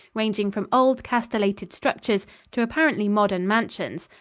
ranging from old, castellated structures to apparently modern mansions.